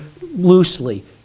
loosely